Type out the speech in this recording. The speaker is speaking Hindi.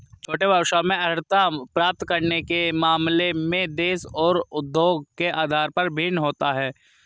छोटे व्यवसायों में अर्हता प्राप्त करने के मामले में देश और उद्योग के आधार पर भिन्न होता है